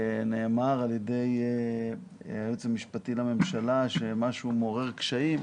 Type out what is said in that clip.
נאמר על ידי היועץ המשפטי לממשלה שמשהו מעורר קשיים,